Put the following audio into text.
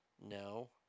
No